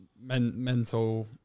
mental